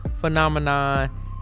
phenomenon